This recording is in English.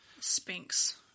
Spinks